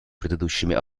предыдущими